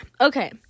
Okay